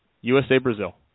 USA-Brazil